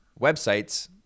websites